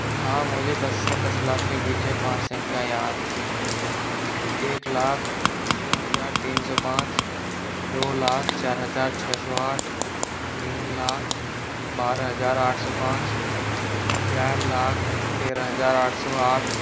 हाँ मुझे दस से दस लाख के बीच में पाँच संख्या याद हैं एक लाख दो हजार तीन सौ पाँच दो लाख चार हजार छः सौ आठ तीन लाख बारह हजार आठ सौ पाँच चार लाख तेरह हजार आठ सौ आठ